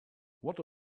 what